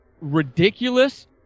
ridiculous—